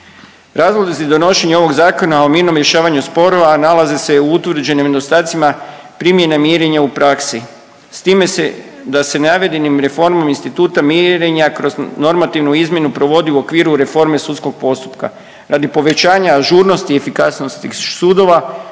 Razlozi donošenja ovog Zakona o mirnom rješavanju sporova nalaze u utvrđenim nedostacima primjene mirenja u praksi s time da se navedenim reformom instituta mirenja kroz normativnu izmjenu provodi u okviru reforme sudskog postupka radi povećanja ažurnosti i efikasnosti sudova